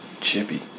Chippy